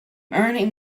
earning